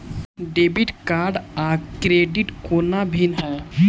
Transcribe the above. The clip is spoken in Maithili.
डेबिट कार्ड आ क्रेडिट कोना भिन्न है?